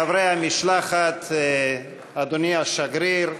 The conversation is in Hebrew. חברי המשלחת, אדוני השגריר,